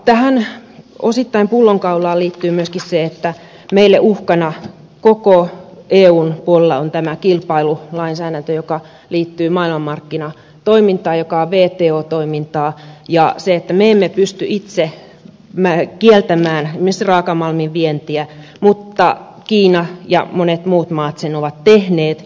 tähän pullonkaulaan osittain liittyy myöskin se että meille uhkana koko eun puolella on kilpailulainsäädäntö joka liittyy maailmanmarkkinatoimintaan joka on wto toimintaa ja se että me emme pysty itse kieltämään esimerkiksi raakamalmin vientiä mutta kiina ja monet muut maat sen ovat tehneet